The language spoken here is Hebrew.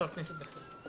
חבר הכנסת דיכטר?